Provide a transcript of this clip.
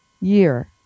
year